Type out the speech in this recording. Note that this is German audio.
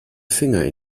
finger